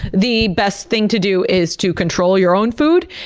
the best thing to do is to control your own food,